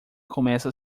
começa